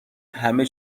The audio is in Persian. همه